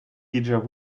déjà